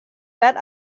bet